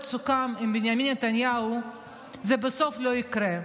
מסוכם עם בנימין נתניהו זה בסוף לא יקרה,